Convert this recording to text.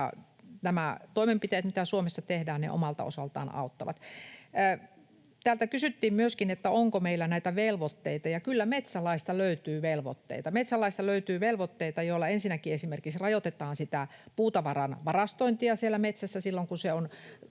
Nämä toimenpiteet, mitä Suomessa tehdään, omalta osaltaan auttavat. Täältä kysyttiin myöskin, onko meillä velvoitteita, ja kyllä metsälaista löytyy velvoitteita. Metsälaista löytyy velvoitteita, joilla ensinnäkin esimerkiksi rajoitetaan puutavaran varastointia siellä metsässä silloin, kun se on